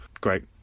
great